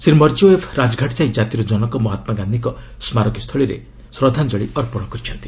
ଶ୍ରୀ ମିର୍ଜିୟୋୟେବ୍ ରାଜଘାଟ ଯାଇ ଜାତିର ଜନକ ମହାତ୍ଲାଗାନ୍ଧିଙ୍କ ସ୍କାରକୀ ପୀଠରେ ଶ୍ରଦ୍ଧାଞ୍ଜଳି ଅର୍ପଣ କରିଛନ୍ତି